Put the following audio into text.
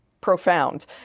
profound